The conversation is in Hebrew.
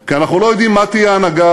כי אנחנו לא יודעים מה תהיה ההנהגה